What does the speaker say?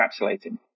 encapsulating